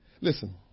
Listen